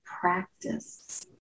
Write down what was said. practice